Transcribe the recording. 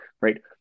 right